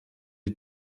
die